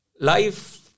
life